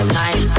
night